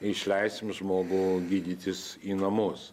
išleisim žmogų gydytis į namus